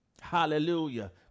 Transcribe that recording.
Hallelujah